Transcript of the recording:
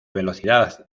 velocidad